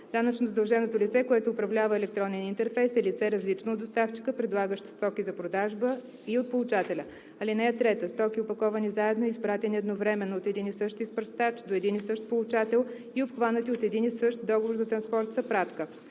Данъчно задълженото лице, което управлява електронен интерфейс, е лице, различно от доставчика, предлагащ стоки за продажба, и от получателя. (3) Стоки, опаковани заедно и изпратени едновременно от един и същ изпращач до един и същ получател, и обхванати от един и същ договор за транспорт, са пратка.